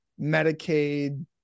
Medicaid